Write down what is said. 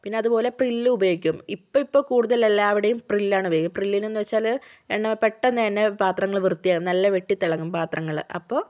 പിന്നെ അതുപോലെ പ്രിൽ ഉപയോഗിക്കും ഇപ്പോൾ ഇപ്പോൾ കൂടുതൽ എല്ലാവിടെയും പ്രില്ലാണ് ഉപയോഗിക്കുന്നത് പ്രില്ലിനെന്നു വെച്ചാൽ എണ്ണ പെട്ടെന്ന് തന്നെ പാത്രങ്ങൾ വൃത്തിയാകും നല്ല വെട്ടിത്തിളങ്ങും പത്രങ്ങൾ അപ്പോൾ